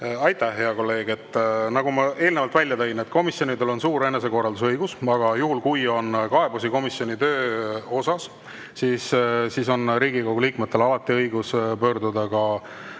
Aitäh, hea kolleeg! Nagu ma eelnevalt välja tõin, komisjonidel on suur enesekorralduse õigus. Juhul kui on kaebusi komisjoni töö kohta, siis on Riigikogu liikmetel alati õigus pöörduda ka